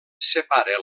separa